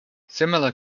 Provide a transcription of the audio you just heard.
similar